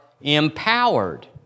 empowered